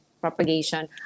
propagation